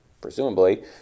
presumably